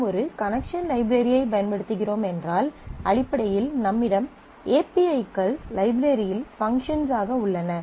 நாம் ஒரு connection library ஐ பயன்படுத்துகிறோம் என்றால் அடிப்படையில் நம்மிடம் ஏபிஐகள் லைப்ரரியில் பங்க்ஷன்ஸ் ஆக உள்ளன